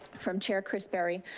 from chair chris berry.